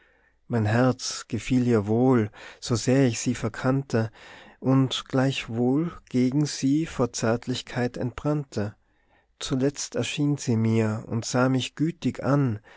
mein herz gefiel ihr wohl so sehr ich sie verkannte und gleichwohl gegen sie vor zärtlichkeit entbrannte zuletzt erschien sie mir und sah mich gütig an